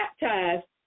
baptized